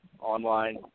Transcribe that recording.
online